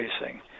facing